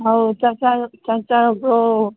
ꯑꯧ ꯆꯥꯛ ꯆꯥꯔꯕ꯭ꯔꯣ